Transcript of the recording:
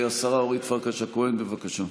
השרה אורית פרקש הכהן, בבקשה.